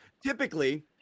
typically